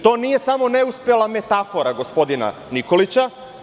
To nije samo neuspela metafora gospodina Nikolića.